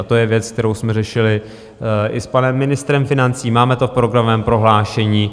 To je věc, kterou jsme řešili i s panem ministrem financí, máme to v programovém prohlášení.